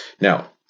Now